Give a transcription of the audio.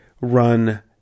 run